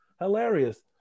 hilarious